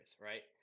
Right